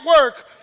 work